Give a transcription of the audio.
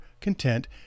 content